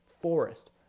Forest